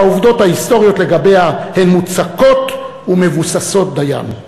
שהעובדות ההיסטוריות לגביה הן מוצקות ומבוססות דיין.